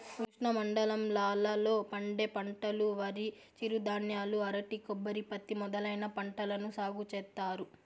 ఉష్ణమండలాల లో పండే పంటలువరి, చిరుధాన్యాలు, అరటి, కొబ్బరి, పత్తి మొదలైన పంటలను సాగు చేత్తారు